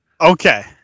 Okay